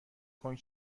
کنگ